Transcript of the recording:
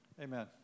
amen